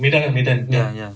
ya ya